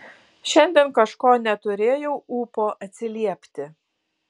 šiandien kažko neturėjau ūpo atsiliepti